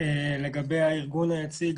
לגבי הארגון היציג,